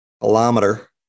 Kilometer